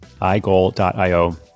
iGoal.io